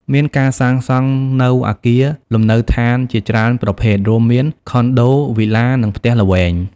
មានការសាងសង់នូវអគារលំនៅឋានជាច្រើនប្រភេទ រួមមាន ខុនដូ វីឡា និងផ្ទះល្វែង។